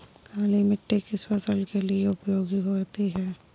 काली मिट्टी किस फसल के लिए उपयोगी होती है?